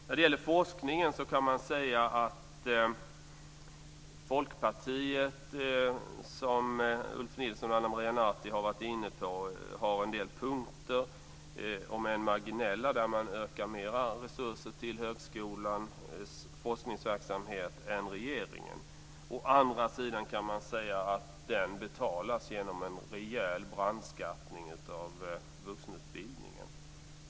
När det gäller forskningen kan man säga att Folkpartiet, såsom Ulf Nilsson och Ana Maria Narti har varit inne på, har en del punkter, om än marginella, där man ökar resurserna till högskolans forskningsverksamhet mer än regeringen. Å andra sidan kan man säga att detta betalas genom en rejäl brandskattning av vuxenutbildningen.